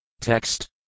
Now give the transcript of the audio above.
Text